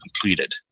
completed